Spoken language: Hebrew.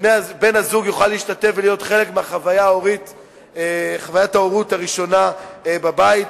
בן-הזוג יוכל להשתתף ולהיות חלק מחוויית ההורות הראשונה בבית,